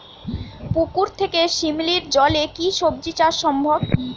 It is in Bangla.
পুকুর থেকে শিমলির জলে কি সবজি চাষ সম্ভব?